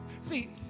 See